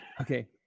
Okay